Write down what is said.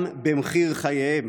גם במחיר חייהם.